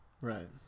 Right